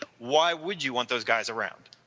but why would you want those guys around.